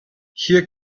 hier